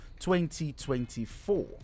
2024